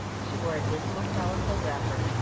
she wore a dismal calico wrapper,